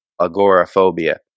agoraphobia